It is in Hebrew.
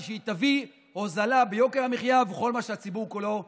שהיא תביא הורדה ביוקר המחיה ובכל מה שהציבור כולו צריך.